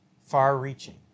far-reaching